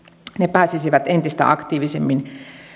pääsisivät entistä aktiivisemmin